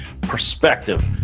perspective